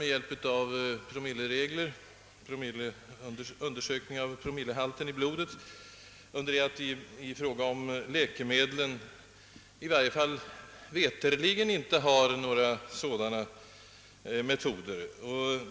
Detta sker genom undersökning av promillehalten i blodet, under det att i frå ga om läkemedel det veterligen inte finns några sådana metoder.